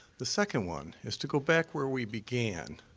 the second one is to go back where we began.